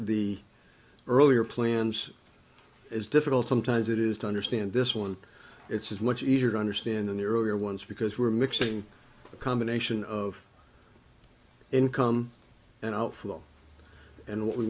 the earlier plans is difficult sometimes it is to understand this one it's much easier to understand than the earlier ones because we're mixing a combination of income and outflow and what we